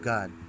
God